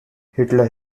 hitler